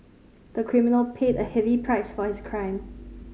the criminal paid a heavy price for his crime